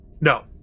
no